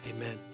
amen